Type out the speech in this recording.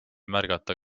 märgata